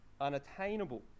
unattainable